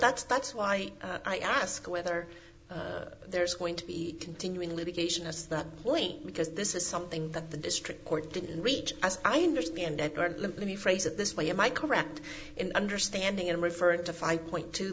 that's that's why i ask whether there's going to be continuing litigation as that point because this is something that the district court didn't reach as i understand it don't let me phrase it this way am i correct in understanding and referring to five point t